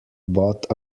bought